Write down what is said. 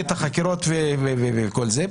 את החקירות וכל זה.